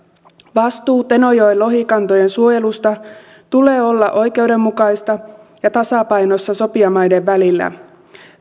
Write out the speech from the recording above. vastuun tenojoen lohikantojen suojelusta tulee olla oikeudenmukaista ja tasapainossa sopijamaiden välillä